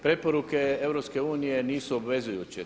Preporuke EU nisu obvezujuće.